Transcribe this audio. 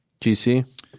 GC